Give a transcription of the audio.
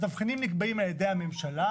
התבחינים נקבעים על ידי הממשלה.